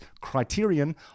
criterion